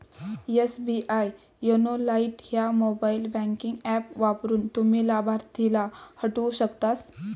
SBI YONO lite ह्या mobile banking app वापरून, तुम्ही लाभार्थीला हटवू शकतास